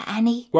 Annie